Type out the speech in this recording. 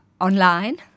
online